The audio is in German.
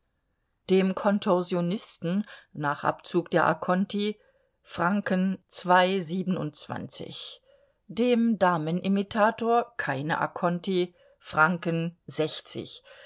dem kontorsionisten nach abzug der conti dem damenimitator keine conti